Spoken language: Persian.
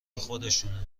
خودشونه